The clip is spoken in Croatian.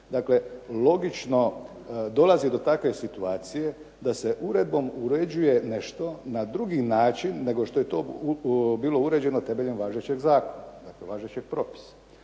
dakle logično dolazi do takve situacije da se uredbom uređuje nešto na drugi način nego što je to bilo uređeno temeljem važećeg zakona, dakle važećeg propisa.